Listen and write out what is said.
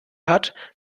hat